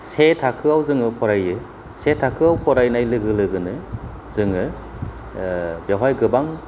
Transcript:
से थाखोआव जोङो फरायो से थाखोआव फरायनाय लोगो लोगोनो जोङो बेयावहाय गोबां